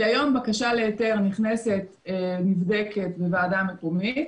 היום בקשה להיתר נבדקת בוועדה מקומית